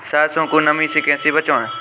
सरसो को नमी से कैसे बचाएं?